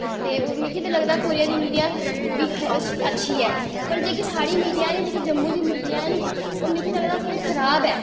ते मिगी ते लगदा कोरिया दी मीडिया बी अच्छी ऐ पर जेह्की साढ़ी मीडिया जेह्की जम्मू दी मीडिया ऐ नी ओह् मिगी लगदा थोह्ड़ी खराब ऐ